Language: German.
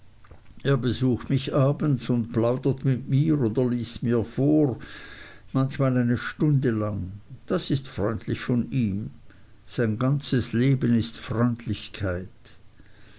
er besucht mich abends und plaudert mit mir oder liest mir vor manchmal eine stunde lang das ist freundlich von ihm sein ganzes leben ist freundlichkeit